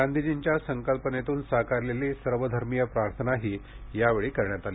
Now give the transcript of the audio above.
गांधीजींच्या संकल्पनेतून साकारलेली सर्वधर्मप्रार्थनाही यावेळी करण्यात आली